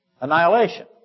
annihilation